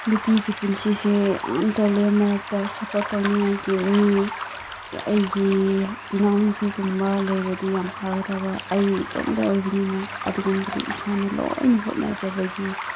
ꯅꯨꯄꯤꯒꯤ ꯄꯟꯁꯤꯁꯦ ꯌꯥꯝ ꯇꯣꯜꯂꯦ ꯃꯔꯛꯇ ꯁꯞꯄꯣꯔꯠ ꯇꯧꯅꯤꯡꯉꯥꯏꯒꯤ ꯃꯤ ꯑꯩꯒꯤ ꯏꯅꯥꯎꯅꯨꯄꯤꯒꯨꯝꯕ ꯂꯩꯔꯗꯤ ꯌꯥꯝ ꯐꯒꯗꯕ ꯑꯩ ꯏꯇꯣꯝꯗ ꯑꯣꯏꯕꯅꯤꯅ ꯑꯗꯨꯒꯨꯝꯕꯗꯨ ꯏꯁꯥꯅ ꯂꯣꯏꯅ ꯍꯣꯠꯅꯖꯕꯒꯤ